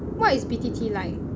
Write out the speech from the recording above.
what is B_T_T like